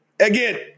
again